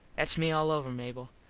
thats me all over, mable.